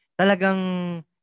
talagang